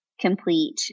complete